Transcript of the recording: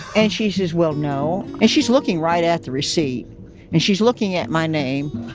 and she says, well, no. and she's looking right at the receipt and she's looking at my name.